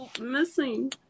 missing